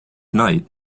knight